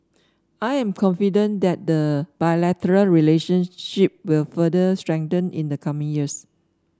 I am confident that the bilateral relationship will further strengthen in the coming years